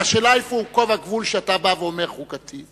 השאלה, איפה קו הגבול שבו אתה בא ואומר: חוקתי?